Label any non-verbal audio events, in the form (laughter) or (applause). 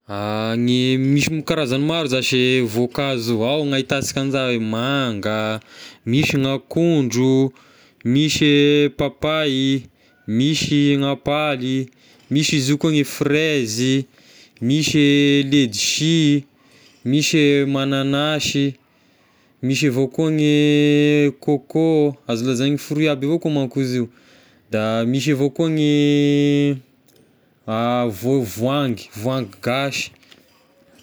(hesitation) Ny misy m- karazagny maro zashy e voankazo, ao ny ahitansika ny za hoe manga, misy gne akondro, misy e papay, misy gn'ampaly, misy izy io koa gne fraise ih, misy ledsy, misy e magnanasy, misy avao koa gne coco azo lazaigna fruit aby avao koa manko izy io, da misy avao koa gne (hesitation) vô- voahangy, voahangy gasy.